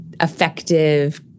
effective